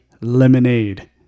Lemonade